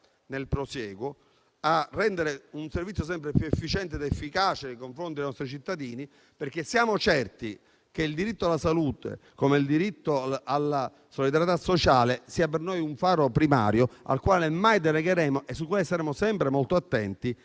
nel prosieguo a rendere un servizio sempre più efficiente ed efficace nei confronti dei nostri cittadini. Siamo certi che il diritto alla salute, come il diritto alla solidarietà sociale sia per noi un faro primario al quale mai derogheremo e su cui saremo sempre molto attenti